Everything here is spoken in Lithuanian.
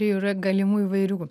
yra galimų įvairių